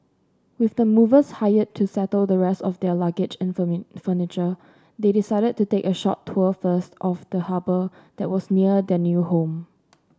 with the movers hired to settle the rest of their luggage and furniture they decided to take a short tour first of the harbour that was near their new home